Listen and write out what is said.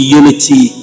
unity